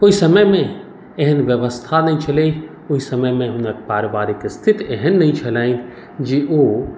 ओहि समयमे एहन व्यवस्था नहि छलै ओहि समयमे हुनक पारिवारिक स्थिति एहन नहि छलनि जे ओ